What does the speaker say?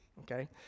Okay